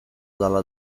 dalla